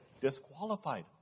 disqualified